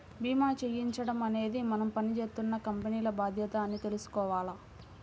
భీమా చేయించడం అనేది మనం పని జేత్తున్న కంపెనీల బాధ్యత అని తెలుసుకోవాల